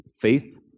faith